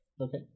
Okay